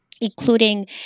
including